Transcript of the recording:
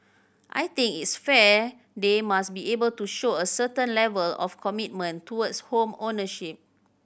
I think it's fair they must be able to show a certain level of commitment towards home ownership